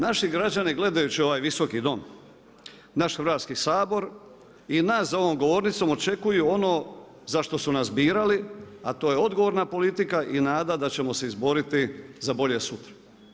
Naši građani gledajući ovaj Visoki dom, naš Hrvatski sabor i nas za ovom govornicom očekuju ono za što su nas birali a to je odgovorna politika i nada da ćemo se izboriti za bolje sutra.